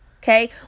Okay